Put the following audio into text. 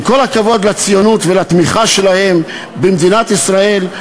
עם כל הכבוד לציונות ולתמיכה שלהם במדינת ישראל,